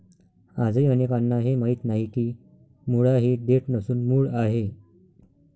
आजही अनेकांना हे माहीत नाही की मुळा ही देठ नसून मूळ आहे